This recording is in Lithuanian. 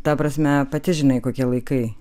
ta prasme pati žinai kokie laikai